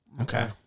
Okay